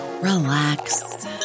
relax